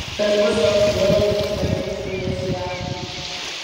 kas bus toks kvailas kad žeistų jas į akmenį